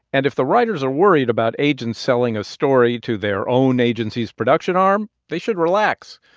and if the writers are worried about agents selling a story to their own agency's production arm, they should relax.